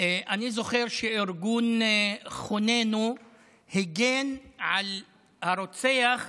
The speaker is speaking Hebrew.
אני זוכר שארגון חוננו הגן על הרוצח,